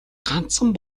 ганцхан